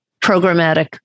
programmatic